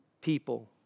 people